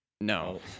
No